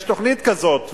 יש תוכנית כזאת,